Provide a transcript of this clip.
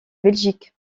belgique